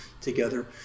together